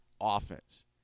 offense